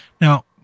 Now